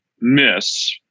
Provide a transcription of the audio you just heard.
miss